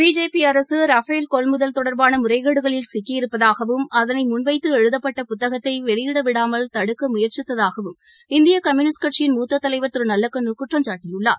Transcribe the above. பிஜேபிஅரசுரபேல் தொடர்பானமுறைகேடுகளில் சிக்கியிருப்பதாகவும் கொள்முதல் அதனைமுன்வைத்துஎழுதப்பட்ட புத்தகத்தைவெளியிடவிடாமல் தடுக்கமுயற்சித்ததாக இந்தியகம்யுனிஸ்ட் கட்சியின் மூத்ததலைவர் திருநல்லக்கண்ணுகுற்றம்சாட்டியுள்ளார்